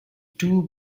two